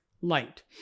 light